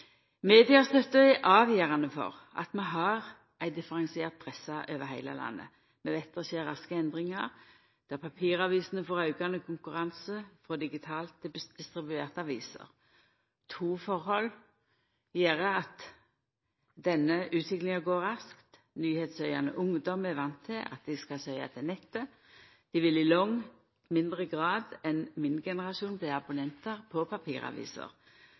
er avgjerande for at vi har ei differensiert presse over heile landet. Vi veit det skjer raske endringar, der papiravisene får aukande konkurranse frå digitalt distribuerte aviser. To høve gjer at denne utviklinga går raskt. Nyheitssøkjande ungdomar er vande med å søkja på nettet. Dei vil i langt mindre grad enn min generasjon vera abonnentar på